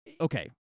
okay